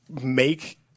make